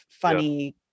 funny